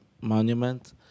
monument